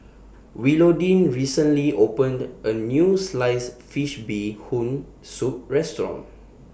Willodean recently opened A New Sliced Fish Bee Hoon Soup Restaurant